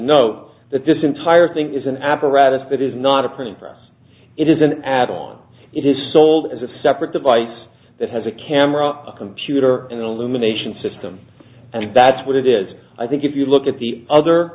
note that this entire thing is an apparatus that is not a printing press it is an add on it is sold as a separate device that has a camera a computer an illumination system and that's what it is i think if you look at the other